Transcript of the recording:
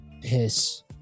piss